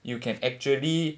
you can actually